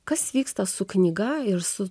kas vyksta su knyga ir su